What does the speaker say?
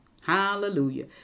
Hallelujah